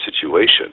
situation